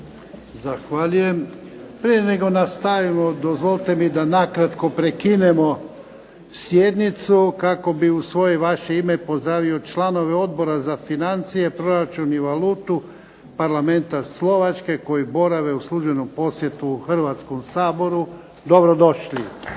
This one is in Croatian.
Zahvaljujem. Prije nego nastavimo, dozvolite mi da na kratko prekinemo sjednicu kako bih u svoje i vaše ime pozdravio članove Odbora za financije, proračun i valutu Parlamenta Slovačke koji borave u službenom posjetu Hrvatskom saboru. Dobro došli!